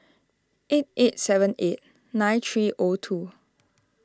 eight eight seven eight nine three O two